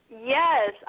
Yes